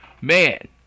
man